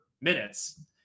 minutes